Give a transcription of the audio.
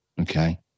okay